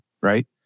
right